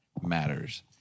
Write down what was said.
matters